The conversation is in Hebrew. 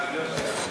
הודעת